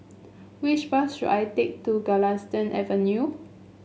which bus should I take to Galistan Avenue